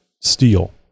steel